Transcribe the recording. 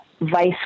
Vice